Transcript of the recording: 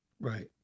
Right